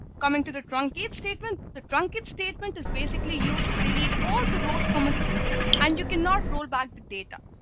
coming to the truncate statement, the truncate statement is basically used to delete all the rows from a table and you cannot roll back the data.